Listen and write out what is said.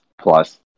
plus